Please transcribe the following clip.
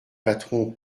patron